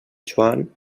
joan